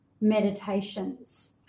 meditations